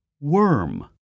Worm